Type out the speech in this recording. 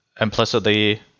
implicitly